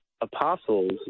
apostles